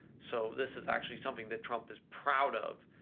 so this is actually something that trump is proud of,